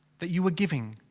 that you were giving.